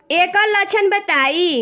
ऐकर लक्षण बताई?